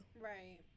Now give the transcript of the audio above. Right